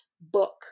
book